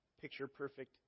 picture-perfect